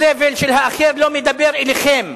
הסבל של האחר לא מדבר אליכם,